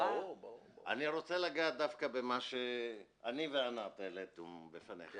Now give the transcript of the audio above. אני רוצה לגעת במה שאני וענת העלינו בפניך.